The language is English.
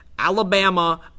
Alabama